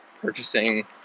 purchasing